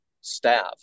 staff